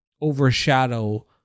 overshadow